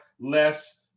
less